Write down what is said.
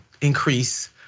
increase